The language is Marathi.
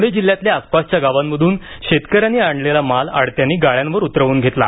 पुणे जिल्ह्यातल्या आसपासच्या गावांमधून शेतकऱ्यांनी आणलेला माल आडत्यांनी गाळ्यावर उतरवून घेतला